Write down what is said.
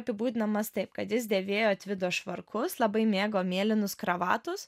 apibūdinamas taip kad jis dėvėjo tvido švarkus labai mėgo mėlynus kravatus